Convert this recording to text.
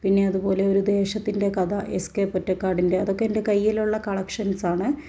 പിന്നെ അതുപോലെ ഒരു ദേശത്തിൻ്റെ കഥ എസ് കെ പൊറ്റക്കാടിൻ്റെ അതൊക്കെ എൻ്റെ കൈയ്യിലുള്ള കളക്ഷൻസ് ആണ്